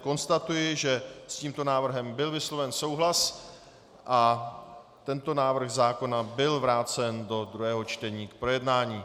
Konstatuji, že s tímto návrhem byl vysloven souhlas a tento návrh zákona byl vrácen do druhého čtení k projednání.